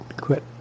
quit